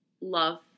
love